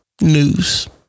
news